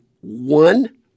one